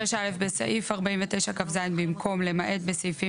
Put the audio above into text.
" (6א)בסעיף 49כז במקום "למעט בסעיפים